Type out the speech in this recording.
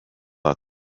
out